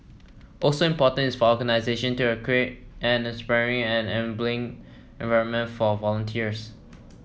also important is for organisation to create an inspiring and enabling environment for volunteers